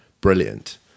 brilliant